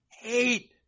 hate